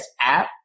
app